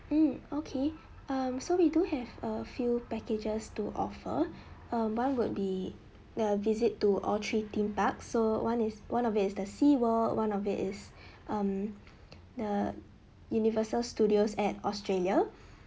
mm okay um so we do have a few packages to offer um one would be the visit to all three theme parks so one is one of it is the seaworld one of it is um the universal studios at australia